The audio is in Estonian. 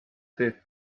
teed